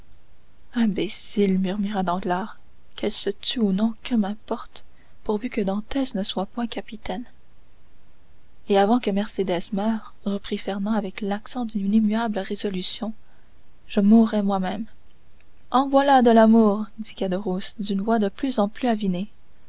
imbécile murmura danglars qu'elle se tue ou non que m'importe pourvu que dantès ne soit point capitaine et avant que mercédès meure reprit fernand avec l'accent d'une immuable résolution je mourrais moi-même en voilà de l'amour dit caderousse d'une voix de plus en plus avinée